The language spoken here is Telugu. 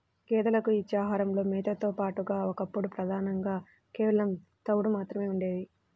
గేదెలకు ఇచ్చే ఆహారంలో మేతతో పాటుగా ఒకప్పుడు ప్రధానంగా కేవలం తవుడు మాత్రమే ఉండేది